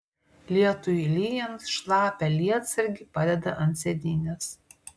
lietui lyjant šlapią lietsargį padeda ant sėdynės